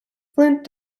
flint